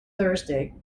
thursday